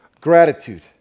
gratitude